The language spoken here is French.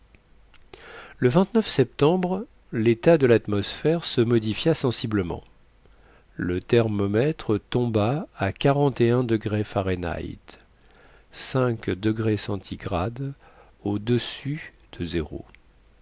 le septembre l'état de l'atmosphère se modifia sensiblement le thermomètre tomba à quarante et un degrés fahrenheit